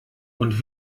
und